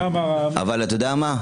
אבל אתה יודע מה,